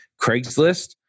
Craigslist